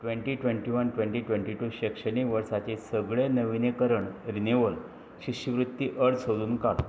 दोन हजार एकवीस दोन हजार बावीस शिक्षणीक वर्साचे सगळें नविनीकरण शिश्यवृत्ती अर्ज सोदून काड